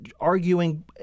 arguing